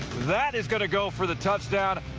that is going to go for the touchdown.